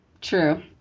True